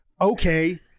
okay